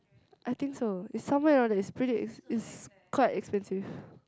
I think so is somewhere around there is pretty ex is quite expensive